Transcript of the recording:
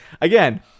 again